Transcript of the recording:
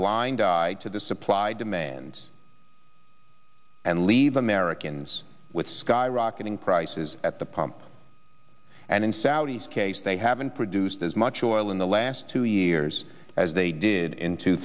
blind eye to the supply demand and leave americans with skyrocketing prices at the pump and in saudi's case they haven't produced as much oil in the last two years as they did in two